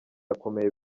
irakomeye